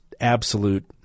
absolute